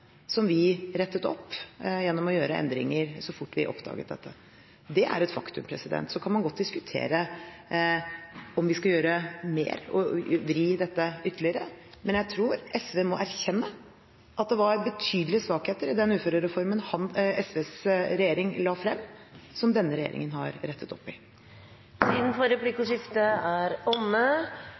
som vi rettet opp gjennom å gjøre endringer så fort vi oppdaget dette. Det er et faktum. Så kan man godt diskutere om vi skal gjøre mer og vri dette ytterligere, men jeg tror SV må erkjenne at det var betydelige svakheter i den uførereformen SVs regjering la frem, og som denne regjeringen har rettet opp i. Replikkordskiftet er omme.